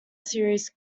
series